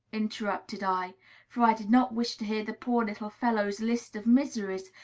interrupted i for i did not wish to hear the poor little fellow's list of miseries,